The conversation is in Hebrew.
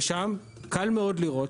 ושם קל מאוד לראות,